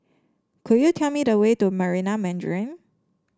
could you tell me the way to Marina Mandarin